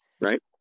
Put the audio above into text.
Right